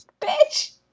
bitch